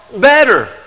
better